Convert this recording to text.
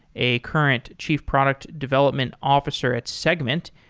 a current chief product development officer at segment,